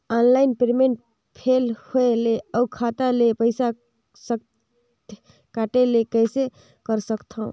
Online payment fail होय ले अउ खाता ले पईसा सकथे कटे ले कइसे करथव?